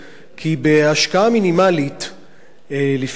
כי בהשקעה מינימלית לפעמים,